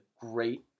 great